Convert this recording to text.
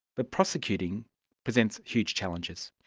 but prosecuting presents huge challenges.